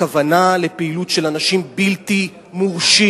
הכוונה היא לפעילות של אנשים בלתי מורשים.